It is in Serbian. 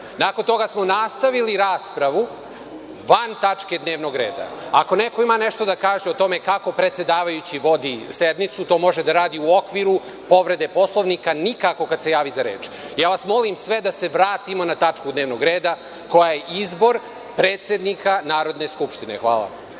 Nakon toga smo nastavili raspravu van tačke dnevnog reda. Ako neko ima nešto da kaže o tome kako predsedavajući vodi sednicu to može da radi u okviru povrede Poslovnika, nikako kada se javi za reč. Ja vas molim sve da se vratimo na tačku dnevnog reda koja je izbor predsednika Narodne skupštine. Hvala